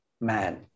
man